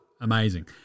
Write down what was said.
amazing